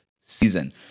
season